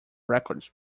records